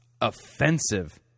offensive